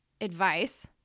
advice